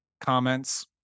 Comments